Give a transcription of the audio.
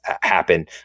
happen